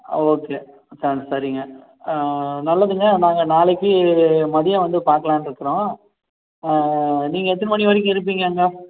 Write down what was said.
ஆ okay சா சரிங்க ஆ நல்லதுங்க நாங்கள் நாளைக்கு மதியம் வந்து பார்க்கலான்ருக்குறோம் ஆ நீங்கள் எத்தனை மணி வரைக்கும் இருப்பீங்க அங்கே